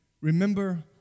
Remember